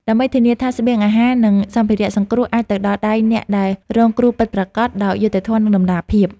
ដើម្បីធានាថាស្បៀងអាហារ និងសម្ភារៈសង្គ្រោះអាចទៅដល់ដៃអ្នកដែលរងគ្រោះពិតប្រាកដដោយយុត្តិធម៌ និងតម្លាភាព។